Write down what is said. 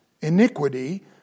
iniquity